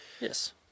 Yes